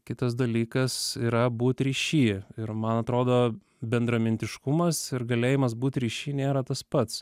kitas dalykas yra būt ryšy ir man atrodo bendramintiškumas ir galėjimas būt ryšy nėra tas pats